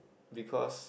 because